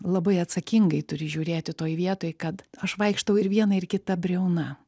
labai atsakingai turi žiūrėti toj vietoj kad aš vaikštau ir viena ir kita briauna